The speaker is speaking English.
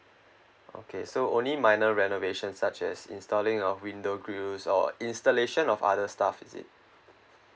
okay so only minor renovation such as installing of window grills or installation of other stuff is it